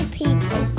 people